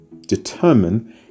determine